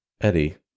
Eddie